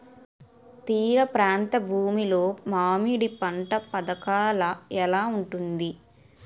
తీర ప్రాంత భూమి లో మామిడి పంట పథకాల ఎలా ఉంటుంది?